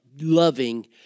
loving